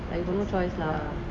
I got no choice lah